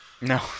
No